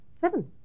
Seven